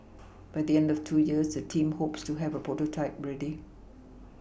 by the end of two years the team hopes to have a prototype ready